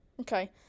Okay